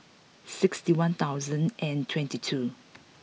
sixty one thousand and twenty two